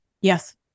Yes